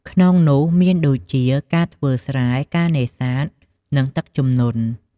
ក្នុងនោះមានដូចជា ការធ្វើស្រែ ការនេសាទ និង ទឹកជំនន់។